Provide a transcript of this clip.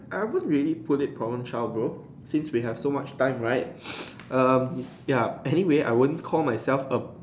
I haven't really put it problem child bro since we have so much time right um ya anyway I won't call myself a